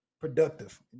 productive